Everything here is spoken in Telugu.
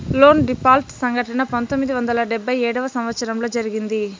లోన్ డీపాల్ట్ సంఘటన పంతొమ్మిది వందల డెబ్భై ఏడవ సంవచ్చరంలో జరిగింది